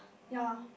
ya